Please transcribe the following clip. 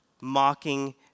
mocking